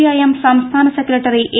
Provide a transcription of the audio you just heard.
I M സംസ്ഥാന secretary A